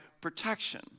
protection